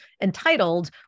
entitled